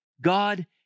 God